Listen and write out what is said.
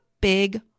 big